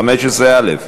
15א,